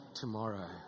tomorrow